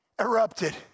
erupted